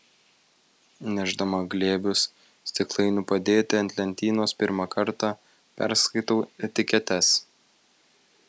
nešdama glėbius stiklainių padėti ant lentynos pirmą kartą perskaitau etiketes